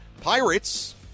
Pirates